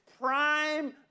prime